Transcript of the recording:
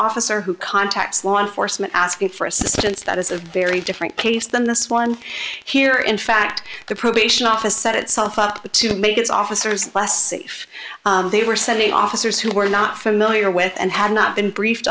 officer who contacts law enforcement asking for assistance that is a very different case than this one here in fact the probation office set itself up to make its officers less safe they were sending officers who were not familiar with and had not been briefed